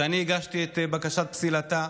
שאני הגשתי את בקשת פסילתה,